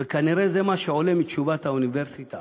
וכנראה זה מה שעולה מתשובת האוניברסיטה